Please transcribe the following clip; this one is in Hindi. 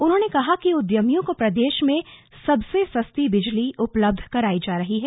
उन्होंने कहा कि उद्यमियों को प्रदेश में सबसे सस्ती बिजली उपलब्ध करवाई जा रही है